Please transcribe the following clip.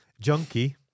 junkie